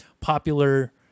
popular